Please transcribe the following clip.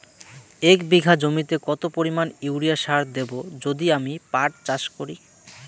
এক বিঘা জমিতে কত পরিমান ইউরিয়া সার দেব যদি আমি পাট চাষ করি?